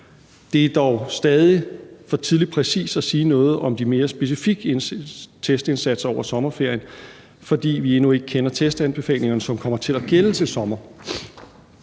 Det er dog stadig for tidligt at sige noget præcist om de mere specifikke testindsatser hen over sommerferien, fordi vi endnu ikke kender testanbefalingerne, som kommer til at gælde til sommer.